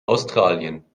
australien